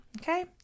Okay